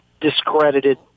discredited